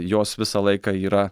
jos visą laiką yra